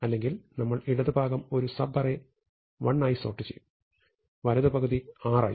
അല്ലെങ്കിൽ നമ്മൾ ഇടത് ഭാഗം ഒരു സബ് അറേ l ആയി സോർട്ട് ചെയ്യും വലത് പകുതി r ആയും